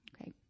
Okay